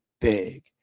big